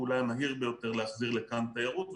ואולי המהיר ביותר להחזיר לכאן תיירות,